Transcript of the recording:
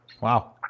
Wow